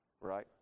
right